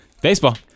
Baseball